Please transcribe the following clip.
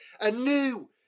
anew